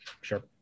Sure